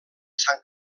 sant